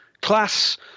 class